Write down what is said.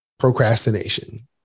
procrastination